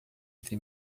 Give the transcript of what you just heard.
entre